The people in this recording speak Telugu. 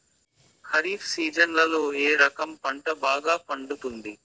ఖరీఫ్ సీజన్లలో ఏ రకం పంట బాగా పండుతుంది